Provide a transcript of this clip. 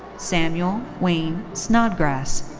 samuel wayne snodgrass.